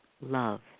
love